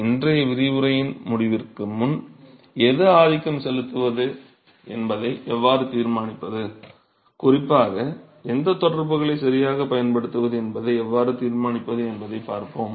இன்றைய விரிவுரையின் முடிவிற்கு முன் எது ஆதிக்கம் செலுத்துவது என்பதை எவ்வாறு தீர்மானிப்பது குறிப்பாக எந்த தொடர்புகளை சரியாகப் பயன்படுத்துவது என்பதை எவ்வாறு தீர்மானிப்பது என்பதைப் பார்ப்போம்